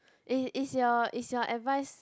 is is your is your advice